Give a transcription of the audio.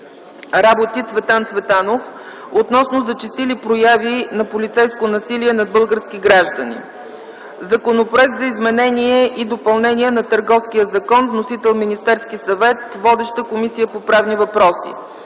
работи Цветан Цветанов относно зачестили прояви на полицейско насилие над български граждани; - Законопроект за изменение и допълнение на Търговския закон. Вносител е Министерският съвет. Водеща е Комисията по правни въпроси;